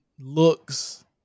looks